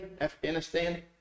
Afghanistan